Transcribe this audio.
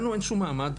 לנו אין שום מעמד.